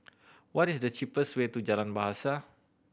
what is the cheapest way to Jalan Bahasa